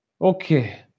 Okay